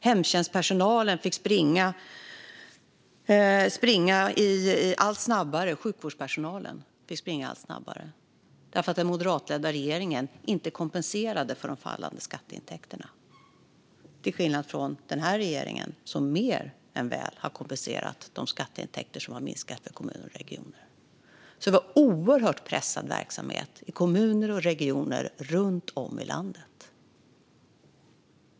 Hemtjänstpersonalen och sjukvårdspersonalen fick springa allt snabbare därför att den moderatledda regeringen inte kompenserade för de fallande skatteintäkterna, till skillnad från den här regeringen, som mer än väl har kompenserat de skatteintäkter som har minskat för kommuner och regioner. Vi hade oerhört pressad verksamhet i kommuner och regioner runt om i landet.